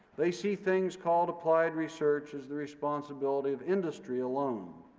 they see things called applied research as the responsibility of industry alone.